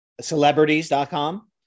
Celebrities.com